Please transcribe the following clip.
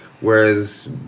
Whereas